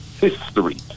history